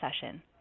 session